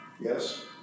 Yes